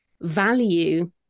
value